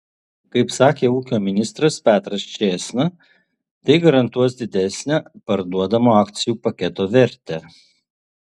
kaip sakė ūkio ministras petras čėsna tai garantuos didesnę parduodamo akcijų paketo vertę